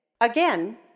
Again